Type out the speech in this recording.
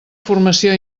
formació